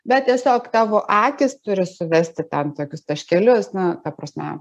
bet tiesiog tavo akys turi suvesti ten tokius taškelius na ta prasme